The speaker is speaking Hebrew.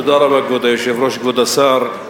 כבוד היושב-ראש, תודה רבה, כבוד השר,